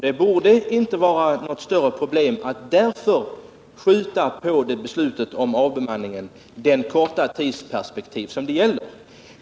Det borde inte varit något större problem att av det skälet skjuta på beslutet om avbemmaning den korta tid som det gäller.